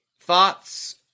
Thoughts